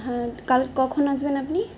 হ্যাঁ কাল কখন আসবেন আপনি